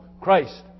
Christ